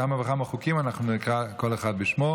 אנחנו עוברים עכשיו להצעת חוק לתיקון פקודת